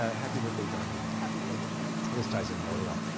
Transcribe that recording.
ah happy birthday, john lennon. happy birthday, john lennon. this ties in really well.